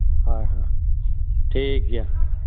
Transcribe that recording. ᱦᱳᱭ ᱦᱳᱭ ᱴᱷᱤᱠᱜᱮᱭᱟ